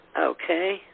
Okay